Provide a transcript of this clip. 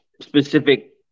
specific